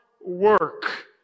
work